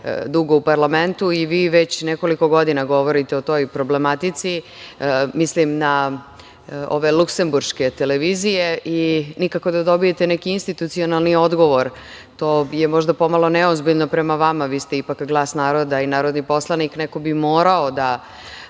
dugo u parlamentu i vi već nekoliko godina govorite o toj problematici, mislim na ove Luksemburške televizije i nikako da dobijete neki institucionalni odgovor. To je možda pomalo neozbiljno prema vama, vi ste ipak glas naroda i narodni poslanik i neko bi morao da